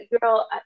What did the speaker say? girl